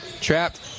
trapped